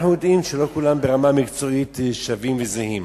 אנחנו יודעים שברמה המקצועית לא כולם שווים וזהים.